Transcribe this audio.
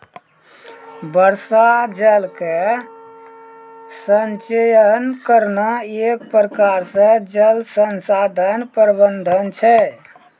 वर्षा जल के संचयन करना एक प्रकार से जल संसाधन प्रबंधन छै